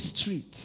streets